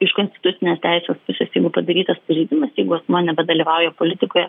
iš konstitucinės teisės pusės jeigu padarytas pažeidimas jeigu asmuo nebedalyvauja politikoje